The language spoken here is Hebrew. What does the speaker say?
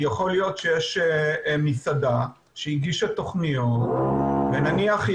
יכול להיות שיש מסעדה שהגישה תוכניות ונניח היא